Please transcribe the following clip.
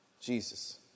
Jesus